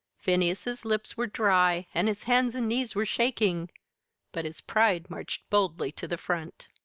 phineas's lips were dry, and his hands and knees were shaking but his pride marched boldly to the front.